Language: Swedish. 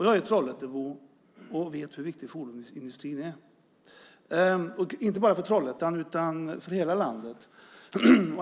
Jag är Trollhättebo och vet hur viktig fordonsindustrin är, inte bara för Trollhättan utan för hela landet.